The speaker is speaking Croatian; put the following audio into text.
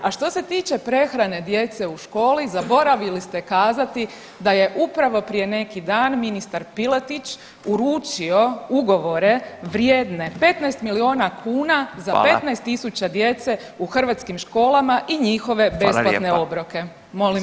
A što se tiče prehrane djece u školi zaboravili ste kazati da je upravo prije neki dan ministar Piletić uručio ugovore vrijedne 15 milijuna kuna za 15.000 [[Upadica Radin: Hvala.]] djece u hrvatskim školama i njihove besplatne obroke [[Upadica Radin: Hvala lijepa.]] Molim.